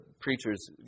preachers